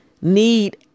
need